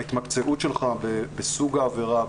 ההתמקצעות שלך בסוג העבירה,